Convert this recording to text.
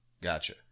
Gotcha